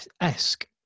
esque